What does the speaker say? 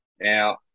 Now